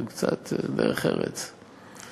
קצת דרך ארץ,